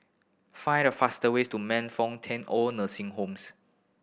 find the fastest way to Man Fut Tong Old Nursing Homes